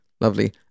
Lovely